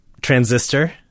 transistor